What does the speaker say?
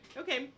okay